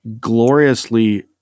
gloriously